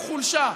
הוא חולשה.